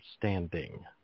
standing